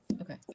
Okay